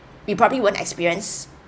you probably won't experience